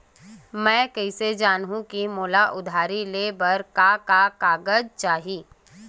मैं कइसे जानहुँ कि मोला उधारी ले बर का का कागज चाही?